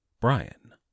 Brian